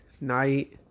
night